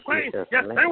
yes